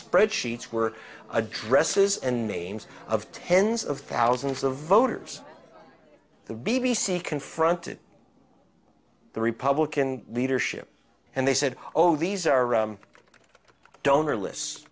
spreadsheets were addresses and names of tens of thousands of voters the b b c confronted the republican leadership and they said oh these are donor lists